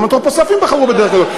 גם אנתרופוסופים בחרו בדרך כזאת.